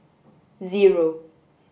zero